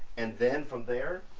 and then from there,